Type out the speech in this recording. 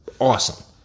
Awesome